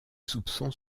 soupçons